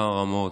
כמה רמות,